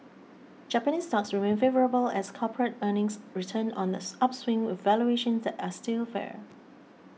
Japanese stocks remain favourable as corporate earnings return on this upswing with valuations that are still fair